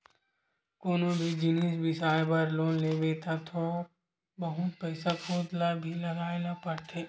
कोनो भी जिनिस बिसाए बर लोन लेबे त थोक बहुत पइसा खुद ल भी लगाए ल परथे